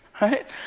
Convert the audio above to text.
right